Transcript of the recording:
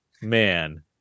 man